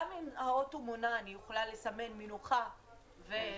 גם אם האוטו מונע, אני יכולה לסמן מנוחה ולנוח?